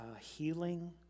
healing